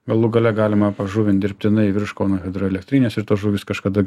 galų gale galima pažuvint dirbtinai virš kauno hidroelektrinės ir tos žuvys kažkada